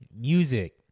Music